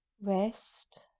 Rest